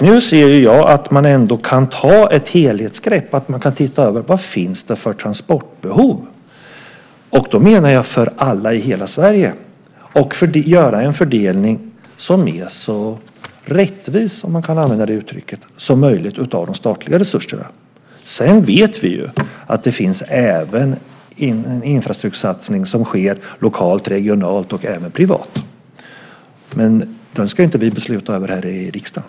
Nu kan man ändå ta ett helhetsgrepp och titta över transportbehovet, och då menar jag för alla i hela Sverige, och göra en fördelning av de statliga resurserna som är så rättvis, om man kan använda det uttrycket, som möjligt. Sedan vet vi att det också sker en infrastruktursatsning lokalt, regionalt och även privat. Men den ska inte vi besluta om här i riksdagen.